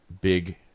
Big